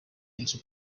into